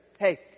hey